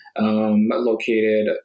located